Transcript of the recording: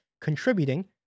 contributing